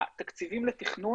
התקציבים לתכנון,